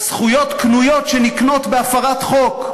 זכויות קנויות שנקנות בהפרת חוק?